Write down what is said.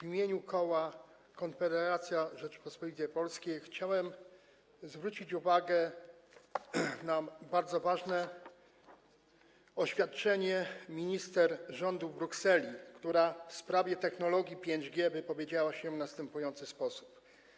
W imieniu koła Konfederacja Rzeczypospolitej Polskiej chciałem zwrócić uwagę na bardzo ważne oświadczenie minister rządu w Brukseli, która w sprawie technologii 5G wypowiedziała się w następujący sposób: